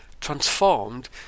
transformed